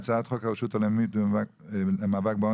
הצעת חוק הרשות הלאומית למאבק בעוני,